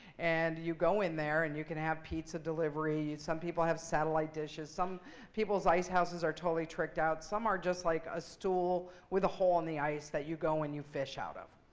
and you go in there, and you can have pizza delivery. some people have satellite dishes. some people's ice houses are totally tricked out. some are just, like a stool with a hole in the ice that you go and you fish out of.